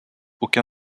aucun